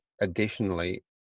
additionally